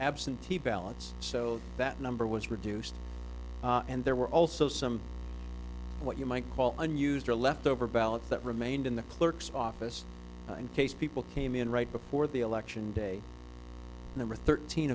absentee ballots so that number was reduced and there were also some what you might call unused or leftover ballots that remained in the clerk's office in case people came in right before the election day number thirteen